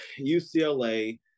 UCLA